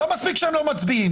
לא מספיק שהם לא מצביעים,